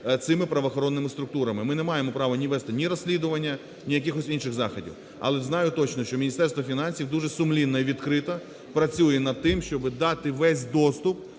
цими правоохоронними структурами. Ми не маємо права ні вести ні розслідування, ні якихось інших заходів. Але знаю точно, що Міністерство фінансів дуже сумлінно і відкрито працює над тим, щоб дати весь доступ